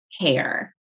hair